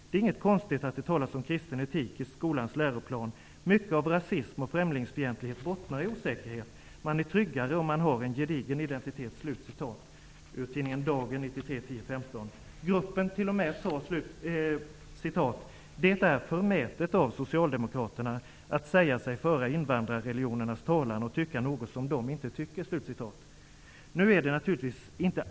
Det är inget konstigt att det talas om kristen etik i skolans läroplan. Mycket av rasism och främlingsfientlighet bottnar i osäkerhet. Man är tryggare om man har en gedigen identitet.'' Citatet är hämtat ur tidningen Dagen den 15 oktober 1993. Gruppen sade t.o.m.: ''Det är förmätet av socialdemokraterna att säga sig föra invandrarreligionernas talan och tycka något som de inte tycker.''